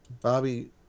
Bobby